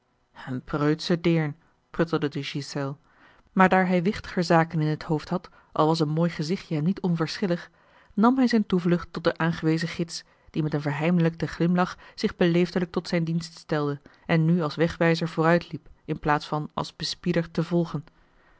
pruttelde de ghiselles maar daar hij wichtiger zaken in t hoofd had al was een mooi gezichtje hem niet onverschillig nam hij zijn toevlucht tot den aangewezen gids die met een verheimelijkten glimlach zich beleefdelijk tot zijn dienst stelde en nu als wegwijzer vooruitliep in plaats van als bespieder te volgen